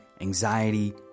anxiety